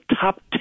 top